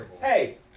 Hey